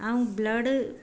ऐं ब्लड